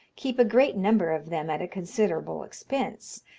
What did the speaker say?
keep a great number of them at a considerable expense,